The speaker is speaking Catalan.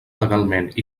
legalment